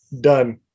done